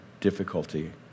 difficulty